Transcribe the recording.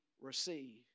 receive